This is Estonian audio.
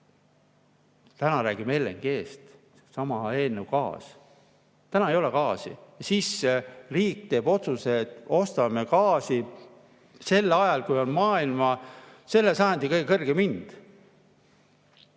Täna räägime LNG-st, sama eelnõu gaasist. Täna ei ole gaasi, aga riik teeb otsuse, et ostame gaasi sel ajal, kui on maailmas selle sajandi kõige kõrgem hind.